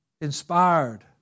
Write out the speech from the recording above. inspired